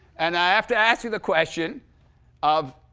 and i have to ask you the question of,